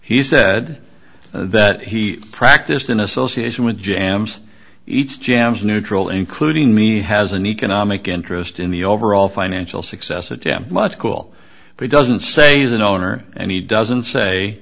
he said that he practiced in association with jams each gems neutral including me has an economic interest in the overall financial success of jim much cool but he doesn't say he's an owner and he doesn't say